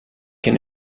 can